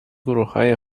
گروههای